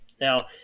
Now